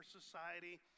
society